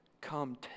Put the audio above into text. come